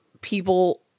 people